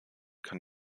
kann